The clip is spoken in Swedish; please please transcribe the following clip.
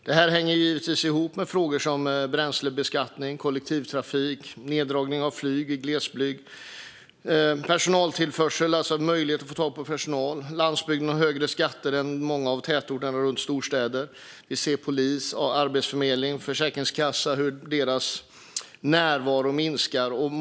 Det hänger givetvis ihop med frågor som bränslebeskattning, kollektivtrafik, neddragning av flyg i glesbygd och personaltillförsel, alltså möjligheten att få tag i personal. Landsbygden har högre skatter än många tätorter runt storstäderna, och vi ser att närvaron av polis, arbetsförmedling och försäkringskassa minskar på landsbygden.